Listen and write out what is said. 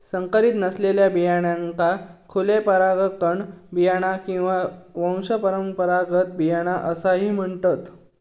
संकरीत नसलेल्या बियाण्यांका खुले परागकण बियाणा किंवा वंशपरंपरागत बियाणा असाही म्हणतत